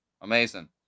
Amazing